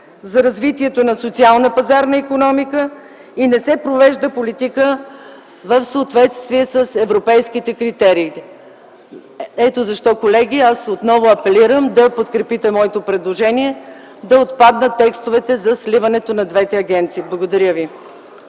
за развитието на социална пазарна икономика и не се провежда политика в съответствие с европейските критерии. Ето защо, колеги, аз отново апелирам да подкрепите моето предложение да отпаднат текстовете за сливането на двете агенции. Благодаря ви.